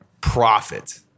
profit